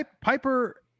Piper